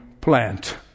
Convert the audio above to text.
plant